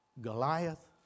Goliath